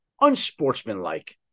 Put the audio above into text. unsportsmanlike